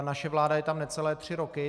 Naše vláda je tam necelé tři roky.